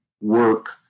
work